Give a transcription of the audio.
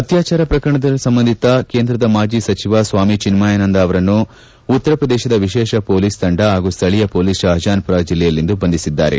ಅತ್ಕಾಚಾರ ಪ್ರಕರಣಕ್ಕೆ ಸಂಬಂಧಿಸಿದಂತೆ ಕೇಂದ್ರದ ಮಾಜಿ ಸಚಿವ ಸ್ವಾಮಿ ಚಿನ್ಮಯನಂದಾ ಅವರನ್ನು ಉತ್ತರ ಪ್ರದೇಶದ ವಿಶೇಷ ಮೊಲೀಸ್ ತಂಡ ಹಾಗೂ ಸ್ವಳೀಯ ಮೊಲೀಸರು ಶಪಜಾನ್ಮರ ಜಿಲ್ಲೆಯಲ್ಲಿಂದು ಬಂಧಿಸಿದ್ದಾರೆ